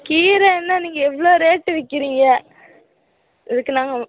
கீரை என்ன நீங்கள் இவ்வளோ ரேட்டு விற்கிறீங்க இதுக்கு நாங்கள்